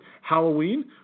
Halloween